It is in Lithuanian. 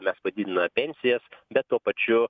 mes padidinome pensijas bet tuo pačiu